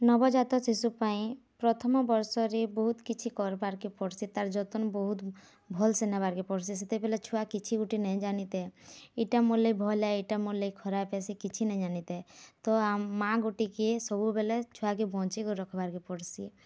ନବଜାତ ଶିଶୁପାଇଁ ପ୍ରଥମ ବର୍ଷରେ ବହୁତ୍ କିଛି କର୍ବାର୍କେ ପଡ଼ୁସି ତାର୍ ଯତନ୍ ବହୁତ୍ ଭଲସେ ନବାକେ ପଡ଼ୁସି ସେତେବଲେ ଛୁଆ କିଛି ଗୁଟେ ନାଇ ଜାନିଥାଏ ଏଇଟା ମୋର୍ ଲାଗି ଭଲହେ ଏଇଟା ମୋର୍ ଲାଗି ଖରାପ୍ ହେ ସେ କିଛି ନାଇ ଜାନିଥାଏ ତ ମାକୁ ଟିକେ ସବୁବେଲେ ଛୂଆକେ ବଞ୍ଚେଇକରି ରଖ୍ବାର୍ କେ ପଡ଼ସି